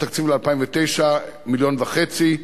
התקציב ל-2009 הוא 1.5 מיליון שקלים,